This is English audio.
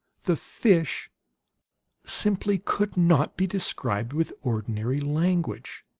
the fish simply could not be described with ordinary language.